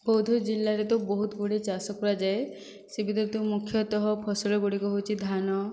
ବୌଦ୍ଧ ଜିଲ୍ଲାରେ ତ ବହୁତ ଗୁଡ଼େ ଚାଷ କରାଯାଏ ସେ ଭିତରୁ ତ ମୁଖ୍ୟତଃ ଫସଲ ଗୁଡ଼ିକ ହେଉଛି ଧାନ